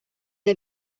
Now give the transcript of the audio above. had